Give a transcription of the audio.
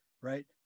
right